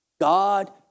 God